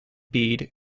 bead